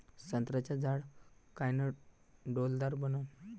संत्र्याचं झाड कायनं डौलदार बनन?